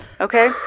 Okay